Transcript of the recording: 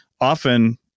often